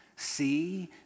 see